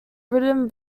written